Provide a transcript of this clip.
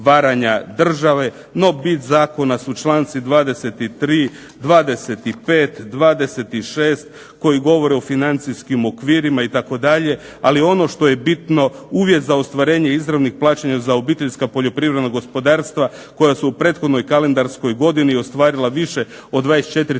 no bit zakona su članci 23.,25., 26. koji govore o financijskim okvirima itd., ali ono što je bitno uvjet za ostvarenje izravnih plaćanja za obiteljska poljoprivredna gospodarstva koja su u prethodnoj kalendarskoj godini ostvarila više od 24 tisuće